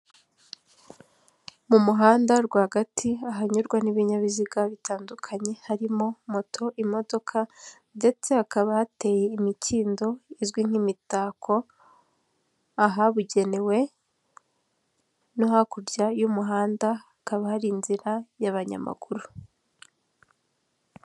Mu muhanda rwagati ahanyurwa n'ibinyabiziga bitandukanye harimo moto, imodoka ndetse hakaba hateye imikindo izwi nk'imitako, ahabugenewe no hakurya y'umuhanda hakaba hari inzira y'abanyamaguru.